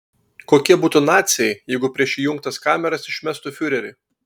kokie būtų naciai jeigu prieš įjungtas kameras išmestų fiurerį